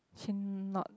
not